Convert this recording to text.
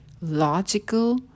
logical